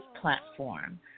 platform